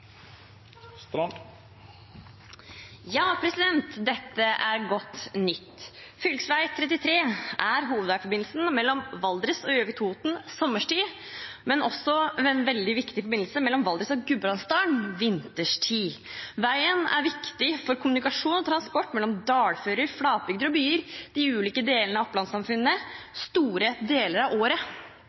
Dette er godt nytt. Fylkesvei 33 er hovedveiforbindelsen mellom Valdres og Gjøvik/Toten sommerstid, men også en veldig viktig forbindelse mellom Valdres og Gudbrandsdalen vinterstid. Veien er viktig for kommunikasjon og transport mellom dalfører, flatbygder og byer – de ulike delene av Opplands-samfunnet – store deler av året.